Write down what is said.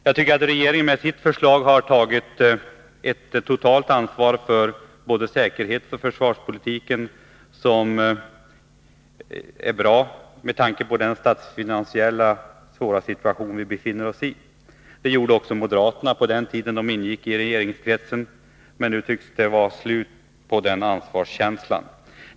Jag tycker att regeringen med sitt förslag har tagit ett totalt ansvar för både säkerhetsoch försvarspolitiken som är bra med tanke på den svåra statsfinansiella situation som vi befinner oss i. Det gjorde också moderaterna på den tid de ingick i regeringskretsen, men nu tycks det vara slut på den ansvarskänslan.